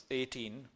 eighteen